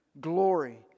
glory